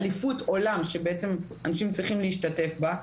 אליפות עולם שבעצם אנשים צריכים להשתתף בה,